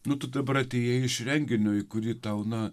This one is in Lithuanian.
nu tu dabar atėjai iš renginio į kurį tau na